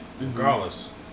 regardless